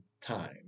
time